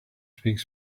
speaks